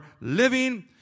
living